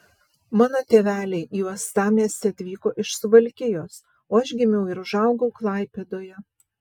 mano tėveliai į uostamiestį atvyko iš suvalkijos o aš gimiau ir užaugau klaipėdoje